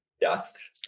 dust